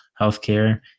healthcare